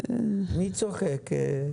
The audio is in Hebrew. מי צוחק?